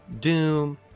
Doom